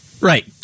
Right